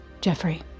Jeffrey